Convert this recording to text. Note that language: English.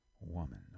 woman